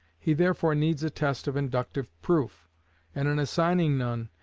he therefore needs a test of inductive proof and in assigning none,